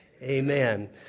Amen